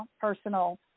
personal